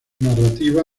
narrativa